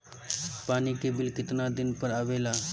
पानी के बिल केतना दिन पर आबे ला?